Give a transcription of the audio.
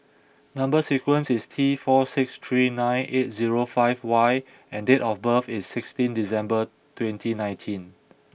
number sequence is T four six three nine eight zero five Y and date of birth is sixteen December twenty nineteen